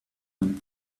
and